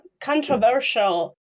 controversial